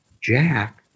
Jack